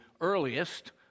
earliest